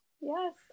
Yes